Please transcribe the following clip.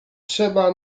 trzeba